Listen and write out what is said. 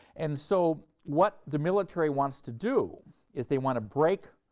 and, so, what the military wants to do is they want to break